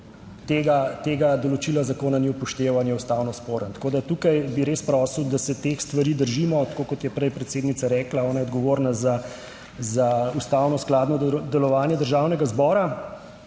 tega določila zakona ni upoštevan, je ustavno sporen. Tako da tukaj bi res prosil, da se teh stvari držimo, tako kot je prej predsednica rekla, ona je odgovorna za ustavno skladno delovanje Državnega zbora